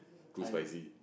too spicy